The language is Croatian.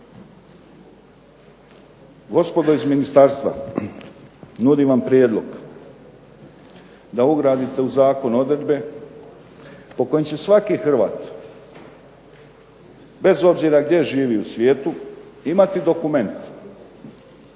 Gospodo iz ministarstva nudim vam prijedlog da ugradite u zakon odredbe po kojim će svaki Hrvat bez obzira gdje živi u svijetu imati dokument